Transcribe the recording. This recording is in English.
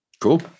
Cool